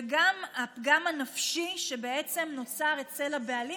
וגם הפגם הנפשי שבעצם נוצר אצל הבעלים